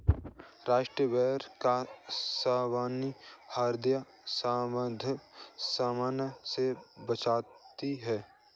strawberry का सेवन ह्रदय संबंधी समस्या से बचाता है